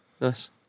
nice